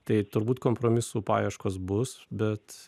tai turbūt kompromisų paieškos bus bet